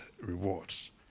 rewards